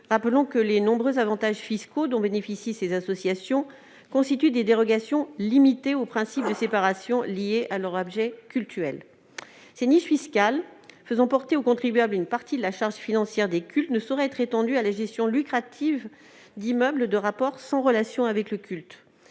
la laïcité. Les nombreux avantages fiscaux dont bénéficient ces associations constituent des dérogations limitées au principe de séparation, liées à leur objet cultuel. Ces niches fiscales, qui font porter au contribuable une partie de la charge financière des cultes, ne sauraient être étendues à la gestion lucrative d'immeubles de rapport sans lien avec le culte.